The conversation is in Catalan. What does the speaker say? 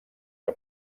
que